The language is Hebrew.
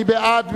מי בעד?